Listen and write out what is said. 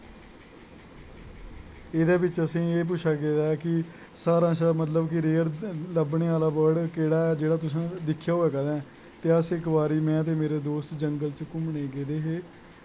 एह्दै बिच्च असेंगी एह् पुच्छेआ गेदा ऐ कि सारें शा मतलब कि रेयर सभने शाआह्ला बर्ड़ केह्ड़ा ऐ जेह्ड़ा तुसें दिक्खेआ होऐ कदैं ते अस इक बारी में ते मेरे दोस्त जंगल च घूमने गी गेदे हे